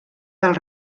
del